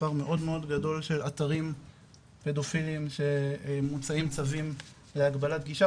מספר מאוד מאוד גדול של אתרים פדופילים שמוצאים צווים להגבלת גישה,